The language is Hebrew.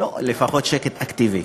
לא, לפחות שקט אקטיבי.